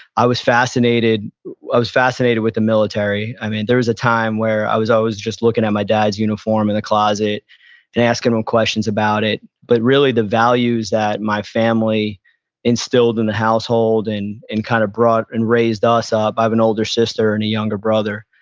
i was fascinated i was fascinated with the military. i mean, there was a time where i was always just looking at my dad's uniform in the closet and asking him him questions about it. but really the values that my family instilled in the household and kind of brought and raised ah us ah up. i have an older sister and a younger brother.